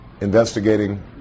investigating